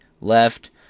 left